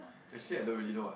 actually I don't really know what